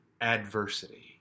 adversity